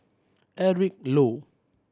Eric Low